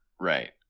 right